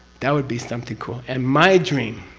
that would be something cool. and my dream